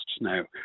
now